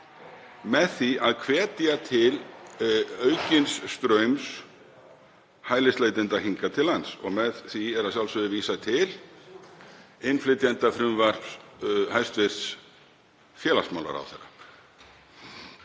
með því að hvetja til aukins straums hælisleitenda hingað til lands. Með því er að sjálfsögðu vísað til innflytjendafrumvarps hæstv. félagsmálaráðherra